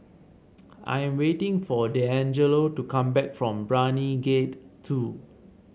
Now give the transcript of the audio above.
I am waiting for Deangelo to come back from Brani Gate Two